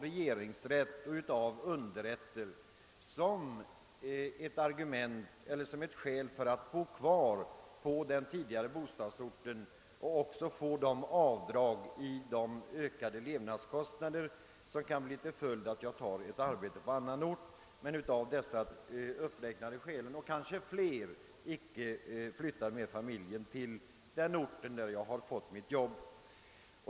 Regeringsrätt och underrätter har emellertid redan godkänt att dessa skäl att bo kvar på den tidigare bostadsorten motiverar att avdrag får göras för de ökade levnadsomkostnader som kan bli följden därav.